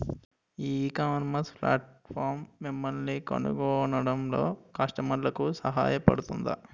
ఈ ecommerce platform మిమ్మల్ని కనుగొనడంలో కస్టమర్లకు సహాయపడుతుందా?